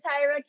Tyra